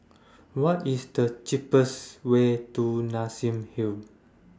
What IS The cheapest Way to Nassim Hill